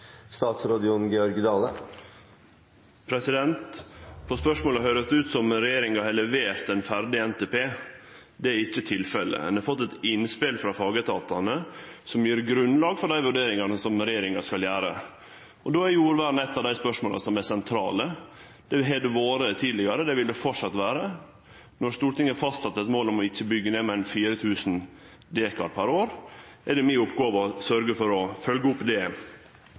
På spørsmålet høyrest det ut som om regjeringa har levert ein ferdig NTP. Det er ikkje tilfellet. Ein har fått innspel frå fagetatane som gjev grunnlag for dei vurderingane som regjeringa skal gjere. Og då er jordvern eit av dei spørsmåla som er sentrale. Det har det vore tidlegare, og det vil det framleis vere. Når Stortinget har fastsett eit mål om ikkje å byggje ned meir enn 4 000 dekar per år, er det mi oppgåve å sørgje for å følgje opp det.